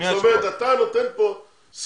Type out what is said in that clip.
זאת אומרת אתה נותן פה סכום